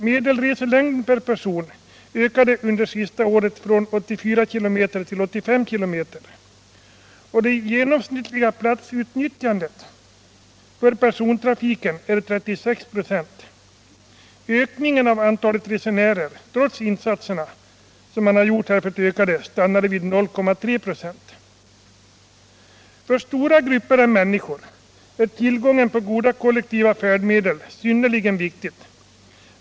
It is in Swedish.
Medelreselängden per person ökade under senaste året från 84 km till 85 km. Det genomsnittliga platsutnyttjandet för persontrafiken är 36 96. Ökningen av antalet resenärer stannar trots insatserna vid 0,3 96. För stora grupper människor är tillgången på goda kollektiva färdmedel synnerligen viktig.